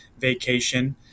Vacation